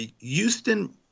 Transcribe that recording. Houston